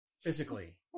physically